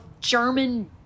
German